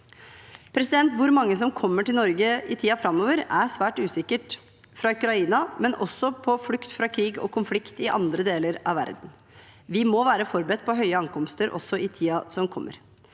Hvor mange som kommer til Norge i tiden framover, er svært usikkert – fra Ukraina, men også på flukt fra krig og konflikt i andre deler av verden. Vi må være forberedt på høye ankomster også i tiden som kommer.